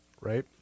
right